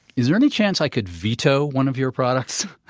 is there any chance i could veto one of your products?